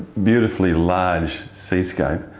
beautifully large seascape.